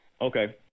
Okay